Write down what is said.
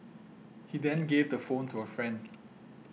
he then gave the phone to a friend